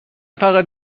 فقط